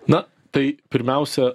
na tai pirmiausia